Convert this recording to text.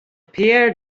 pierre